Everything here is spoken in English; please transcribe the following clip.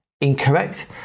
incorrect